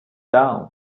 down